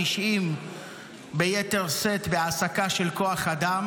התשעים ביתר שאת בהעסקה של כוח אדם,